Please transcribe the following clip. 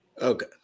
Okay